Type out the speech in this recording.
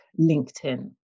LinkedIn